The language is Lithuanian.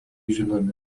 žinomi